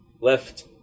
left